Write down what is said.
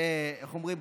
שאיך אומרים,